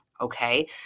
Okay